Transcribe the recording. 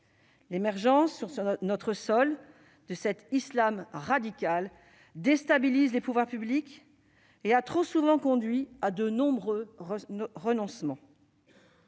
L'émergence sur notre sol de cet islam radical déstabilise les pouvoirs publics et a trop souvent conduit à de nombreux renoncements.